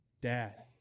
Dad